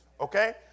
Okay